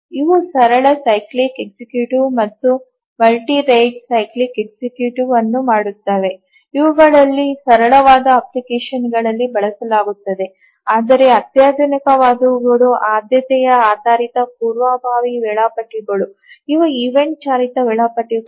ಇವು ಸರಳ cyclic executive ಮತ್ತು ಮಲ್ಟಿ ರೇಟ್ ಸೈಕ್ಲಿಕ್ ಎಕ್ಸಿಕ್ಯೂಟಿವ್ ಅನ್ನು ಮಾಡುತ್ತವೆ ಇವುಗಳನ್ನು ಸರಳವಾದ ಅಪ್ಲಿಕೇಶನ್ಗಳಲ್ಲಿ ಬಳಸಲಾಗುತ್ತದೆ ಆದರೆ ಅತ್ಯಾಧುನಿಕವಾದವುಗಳು ಆದ್ಯತೆಯ ಆಧಾರಿತ ಪೂರ್ವಭಾವಿ ವೇಳಾಪಟ್ಟಿಗಳು ಇವು ಈವೆಂಟ್ ಚಾಲಿತ ವೇಳಾಪಟ್ಟಿಗಳು